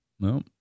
No